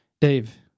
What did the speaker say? Dave